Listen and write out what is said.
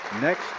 Next